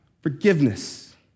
forgiveness